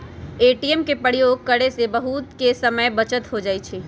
ATM के प्रयोग करे से समय के बहुते बचत हो जाइ छइ